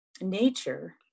nature